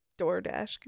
DoorDash